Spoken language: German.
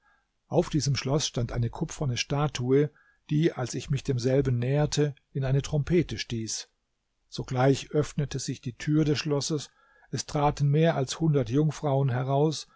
auf diesem schloß stand eine kupferne statue die als ich mich demselben näherte in eine trompete stieß sogleich öffnete sich die tür des schlosses es traten mehr als hundert jungfrauen heraus